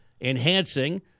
enhancing